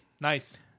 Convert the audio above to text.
Nice